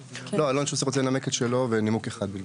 לא, שוסטר רוצה לנמק את שלו בנימוק אחד בלבד.